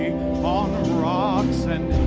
on rocks and